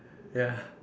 ya